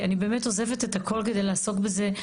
כי אני באמת עוזבת את הכול כדי לעשות בזה.